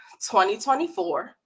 2024